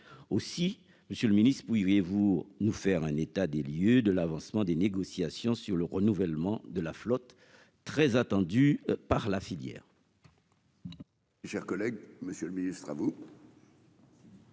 aussi Monsieur le Ministre, oui, oui, et vous nous faire un état des lieux de l'avancement des négociations sur le renouvellement de la flotte très attendues par la filière.